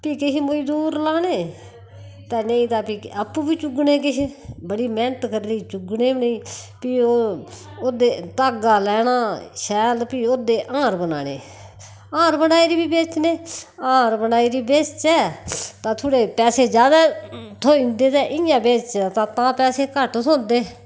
फ्ही किश मजदूर लाने तै नेईं तां फ्ही आपूं बी चुगने किछ बड़ी मैह्नत करनी चुग्गने उ'ने फ्ही ओ ओह्दे धाग्गा लैना शैल फ्ही ओह्दे हार बनाने हार बनाए ते फ्ही बेचने हार बनाए ते फ्ही बेचचै वा थोह्ड़े पैसे ज्यादा थ्होंददे ते इय्यां ते तां पैसे घट्ट थ्होंदे